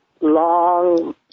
long